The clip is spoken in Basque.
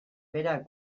berak